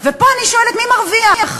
ופה אני שואלת, מי מרוויח?